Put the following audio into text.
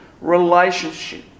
relationship